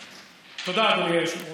תודה, אדוני היושב-ראש.